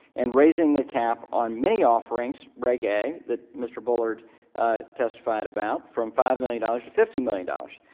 and raising the cap on many offerings reg a, that mr. bullard testified about from five million dollars to fifty million dollars.